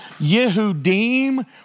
Yehudim